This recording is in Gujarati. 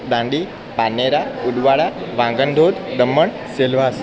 દાંડી પારનેરા ઉદવાડા વાંગનધોધ દમણ સેલવાસ